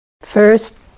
First